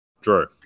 Drew